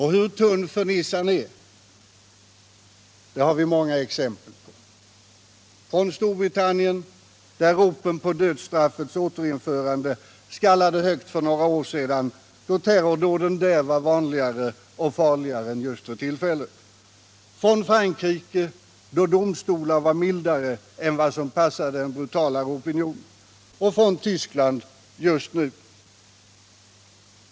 Hur tunn fernissan är har vi många exempel på — från Storbritannien, där ropen på dödsstraffets återinförande skallade högt för några år sedan, då terrordåden där var vanligare och farligare än just för tillfället, från Frankrike, då domstolar varit mildare än vad som passade en brutalare opinion, och från Tyskland just nu.